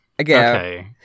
Okay